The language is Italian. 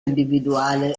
individuale